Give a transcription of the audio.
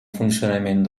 funcionament